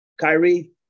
Kyrie